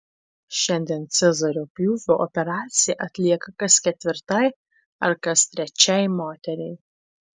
šiandien cezario pjūvio operacija atlieka kas ketvirtai ar kas trečiai moteriai